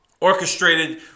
orchestrated